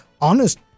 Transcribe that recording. honest